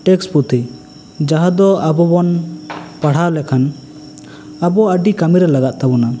text ᱯᱩᱛᱷᱤ ᱡᱟᱦᱟᱸ ᱫᱚ ᱟᱵᱚ ᱵᱚᱱ ᱯᱟᱲᱦᱟᱣ ᱞᱮᱠᱷᱟᱱ ᱟᱵᱚ ᱟᱹᱰᱤ ᱠᱟᱹᱢᱤ ᱨᱮ ᱞᱟᱜᱟᱜ ᱛᱟᱵᱚᱱᱟ